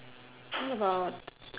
what about